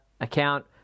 account